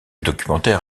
documentaire